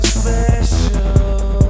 special